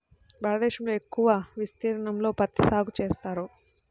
భారతదేశంలో ఎక్కువ విస్తీర్ణంలో పత్తి సాగు చేస్తారు